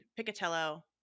Picatello